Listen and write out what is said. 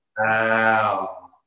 Wow